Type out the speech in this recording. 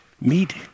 Meet